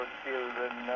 children